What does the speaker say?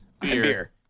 beer